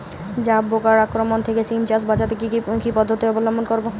জাব পোকার আক্রমণ থেকে সিম চাষ বাচাতে কি পদ্ধতি অবলম্বন করব?